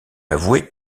avoué